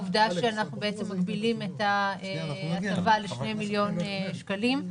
העובדה שאנחנו בעצם מגבילים את ההטבה ל-2 מיליון שקלים,